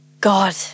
God